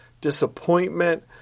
disappointment